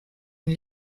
une